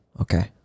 okay